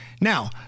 Now